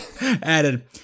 added